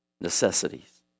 necessities